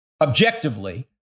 objectively